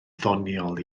ddoniol